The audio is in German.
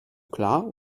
klar